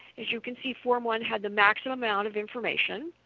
as you can see, form one had the maximum amount of information,